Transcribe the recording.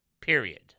period